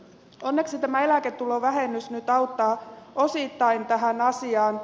onneksi tämä eläketulovähennys nyt auttaa osittain tähän asiaan